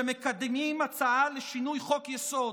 שמקדמים הצעה לשינוי חוק-יסוד,